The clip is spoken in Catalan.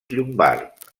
llombard